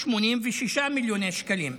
86 מיליוני שקלים,